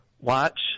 watch